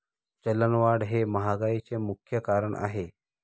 चलनवाढ हे महागाईचे मुख्य कारण आहे